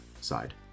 side